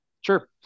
sure